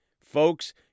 Folks